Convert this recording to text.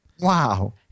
Wow